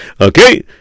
Okay